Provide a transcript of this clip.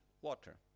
water